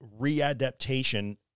readaptation